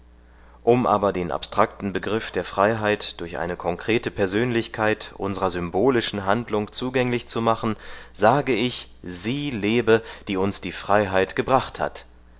um aber den abstrakten begriff der freiheit durch eine konkrete persönlichkeit unsrer symbolischen handlung zugänglich zu machen sage ich sie lebe die uns die freiheit gebracht hat